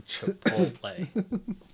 Chipotle